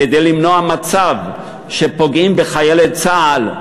כדי למנוע מצב שפוגעים בחיילי צה"ל,